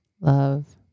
Love